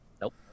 nope